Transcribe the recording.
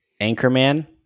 Anchorman